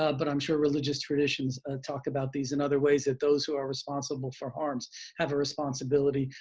ah but i'm sure religious traditions and talk about these in other ways, that those who are responsible for harms have a responsibility,